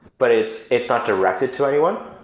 but it's it's not directed to anyone.